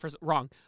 wrong